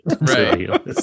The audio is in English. Right